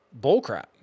bullcrap